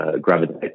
gravitate